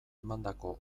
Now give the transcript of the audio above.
emandako